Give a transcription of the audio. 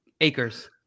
Acres